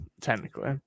technically